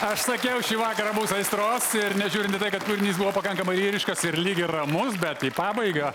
aš sakiau šį vakarą bus aistros ir nežiūrint į tai kad kūrinys buvo pakankamai lyriškas ir lyg ir ramus bet į pabaigą